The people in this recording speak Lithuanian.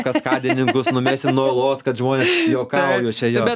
kaskadininkus numesim nuo uolos kad žmonės juokauju čia jo